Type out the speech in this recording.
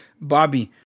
Bobby